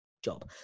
job